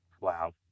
Wow